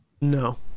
No